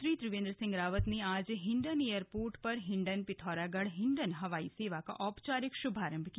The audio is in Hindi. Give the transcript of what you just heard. मुख्यमंत्री त्रिवेन्द्र सिंह रावत ने आज हिन्डन एयरपोर्ट पर हिन्डन पिथौरागढ़ हिन्डन हवाई सेवा का औपचारिक शुभारम्भ किया